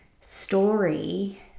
story